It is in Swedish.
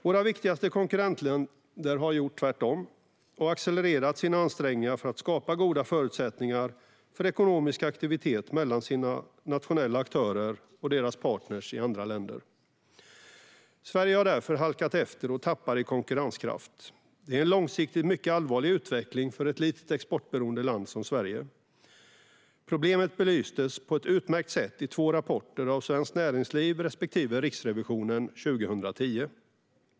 Våra viktigaste konkurrentländer har gjort tvärtom och har accelererat sina ansträngningar för att skapa goda förutsättningar för ekonomisk aktivitet mellan sina nationella aktörer och deras partner i andra länder. Sverige har därför halkat efter och tappar i konkurrenskraft. Det är en långsiktigt mycket allvarlig utveckling för ett litet, exportberoende land som Sverige. Problemet belystes på ett utmärkt sätt i två rapporter från Svenskt Näringsliv respektive Riksrevisionen 2010.